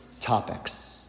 topics